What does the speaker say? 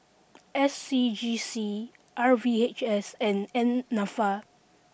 S C G C R V H S and N Nafa